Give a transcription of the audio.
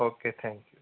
okay thank you